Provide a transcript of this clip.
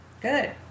Good